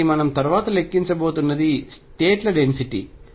కాబట్టి మనం తరువాత లెక్కించబోతున్నది స్టేట్ ల డెన్సిటీ